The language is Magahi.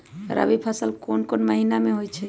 रबी फसल कोंन कोंन महिना में होइ छइ?